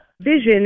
vision